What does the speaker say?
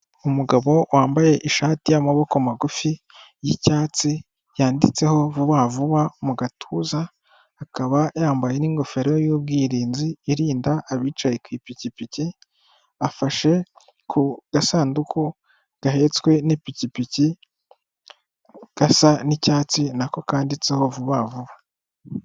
Umugabo wambaye ishati y'amaboko magufi y'icyatsi yanditseho vuba vuba mu gatuza, akaba yambaye n'ingofero y'ubwirinzi irinda abicaye ku ipikipiki, afashe ku gasanduku gahetswe n'ipikipiki, gasa n'icyatsi nako kanditseho vuba vuba.